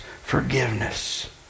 forgiveness